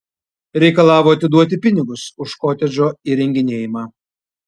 reikalavo atiduoti pinigus už kotedžo įrenginėjimą